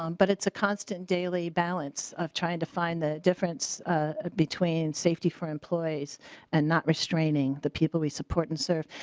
um but it's a constant daily balance of trying to find the between safety for employees and not restraining the people we support and serve.